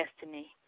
destiny